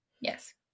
yes